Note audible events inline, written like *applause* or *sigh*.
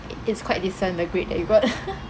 it is quite decent the grade that you got *laughs*